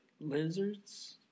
Lizards